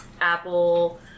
apple